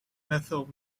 methyl